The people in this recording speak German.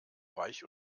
weich